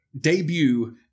debut